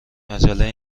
مجله